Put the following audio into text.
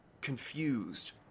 confused